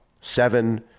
seven